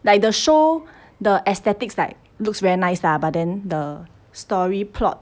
like the show the aesthetics like looks very nice lah but then the story plot